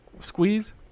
squeeze